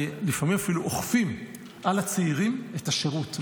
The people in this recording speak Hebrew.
לפעמים אפילו אוכפים על הצעירים את השירות,